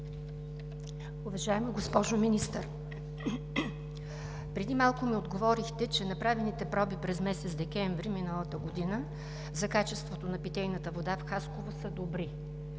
Уважаема госпожо Министър! Преди малко ми отговорихте, че направените проби през месец декември миналата година за качеството на питейната вода в Хасково са добри,